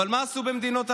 אבל מה עשו במדינות אחרות?